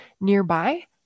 nearby